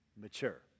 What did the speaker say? mature